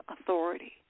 authority